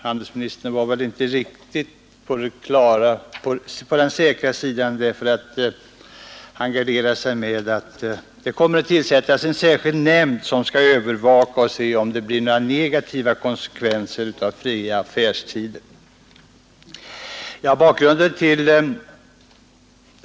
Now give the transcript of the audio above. Handelsministern kände sig väl inte riktigt på den säkra sidan, eftersom han garderade sig med att en särskild nämnd skulle tillsättas för att övervaka, om det uppkommer några negativa konsekvenser av beslutet om den fria affärstiden.